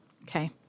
Okay